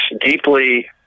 deeply